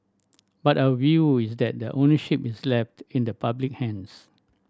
but our view is that the ownership is left in the public hands